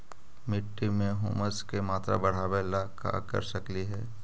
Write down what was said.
मिट्टी में ह्यूमस के मात्रा बढ़ावे ला का कर सकली हे?